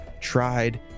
tried